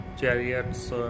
chariots